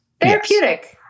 Therapeutic